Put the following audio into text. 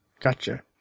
Gotcha